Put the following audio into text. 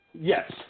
Yes